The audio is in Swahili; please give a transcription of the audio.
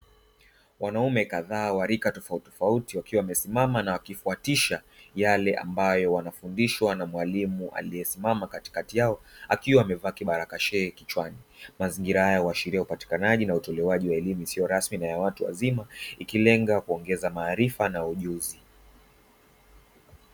Wanaume kadhaa wa rika tofautitofauti wakiwa wamesimama na kufuatisha yale ambayo wanafundishwa na mwalimu aliyesimama katikati yao akiwa amevaa kibaragashia kichwani, mazingira haya huashiria upatikanaji na utolewaji wa elimu isiyo rasmi na ya watu wazima ikilenga kuongeza maarifa na ujuzi.